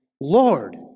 Lord